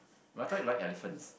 but I thought you like elephants